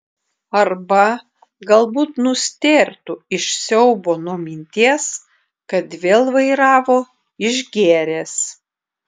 arba galbūt nustėrtų iš siaubo nuo minties kad vėl vairavo išgėręs